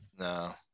No